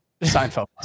Seinfeld